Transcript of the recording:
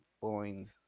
points